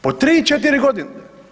Po 3, 4 godine.